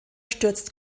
stürzt